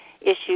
issues